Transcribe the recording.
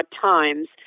Times